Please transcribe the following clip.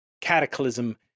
cataclysm